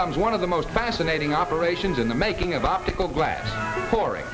comes one of the most fascinating operations in the making of optical glass